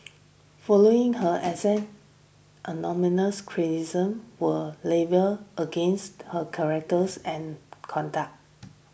following her axing anonymous criticisms were levelled against her characters and conduct